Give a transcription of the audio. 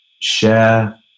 share